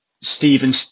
Stephen